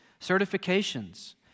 certifications